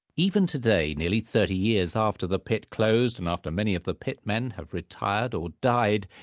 even today, nearly thirty years after the pit closed, and after many of the pitmen have retired or died,